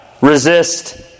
resist